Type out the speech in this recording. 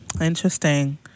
Interesting